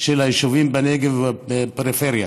של היישובים בנגב ובפריפריה.